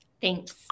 Thanks